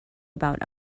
about